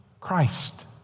Christ